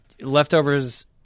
Leftovers